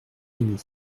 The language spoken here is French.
rémy